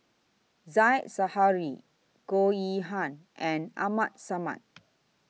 Said Zahari Goh Yihan and Abdul Samad